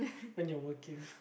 when you're working